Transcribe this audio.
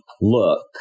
look